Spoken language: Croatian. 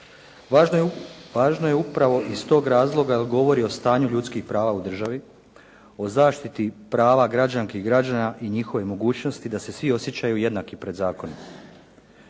Važno je upravo iz tog razloga jer govori o stanju ljudskih prava u državi, o zaštiti prava građanki, građana i njihovih mogućnosti da se svi osjećaju jednaki pred zakonom.